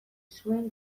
zuen